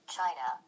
China